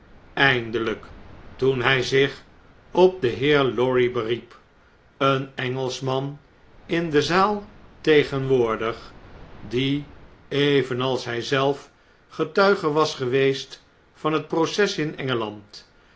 eindelijk toen hjj zich op den heer lorry beriep een engelschman in de zaal tegenwoordig die evenals hij zelf getuige was geweest van het proces in